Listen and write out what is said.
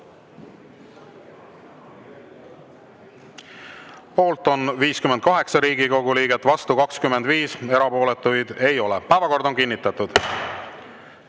Poolt on 58 Riigikogu liiget, vastu 25, erapooletuid ei ole. Päevakord on kinnitatud. Ja